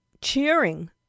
cheering